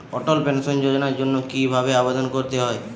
অটল pension যোজনার জন্য কি ভাবে আবেদন করতে হয়?